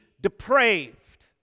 depraved